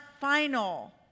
final